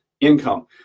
income